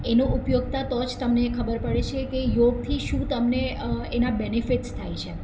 એનો ઉપયોગિતા તો જ તમને ખબર પડે છે કે યોગથી શું તમને એના બેનિફિટસ્ થાય છે